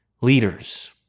leaders